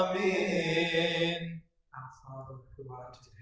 a long life